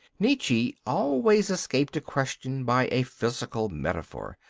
nietzsche always escaped a question by a physical metaphor,